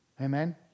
Amen